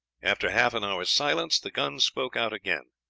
after half an hour's silence the guns spoke out again.